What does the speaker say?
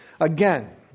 again